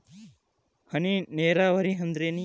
ಹನಿ ನೇರಾವರಿ ಅಂದ್ರೇನ್ರೇ?